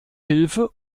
hilfe